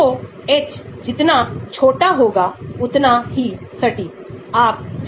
तो हमारे यहां एक निरंतर टर्म है और फिर हमारे पासlog p के लिए एक वर्ग टर्म है